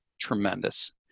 tremendous